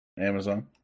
Amazon